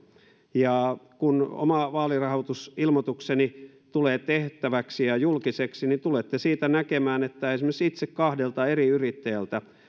ja kun oma vaalirahoitusilmoitukseni tulee tehtäväksi ja julkiseksi niin tulette siitä näkemään että esimerkiksi itse olen kahdelta eri yrittäjältä